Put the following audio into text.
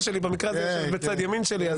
שלי ובמקרה הזה היא יושבת בצד ימין שלי,